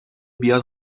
بیاد